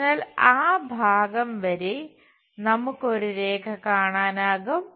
അതിനാൽ ആ ഭാഗം വരെ നമുക്ക് ഒരു രേഖ കാണാനാകും